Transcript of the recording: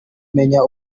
menya